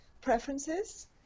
preferences